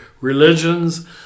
religions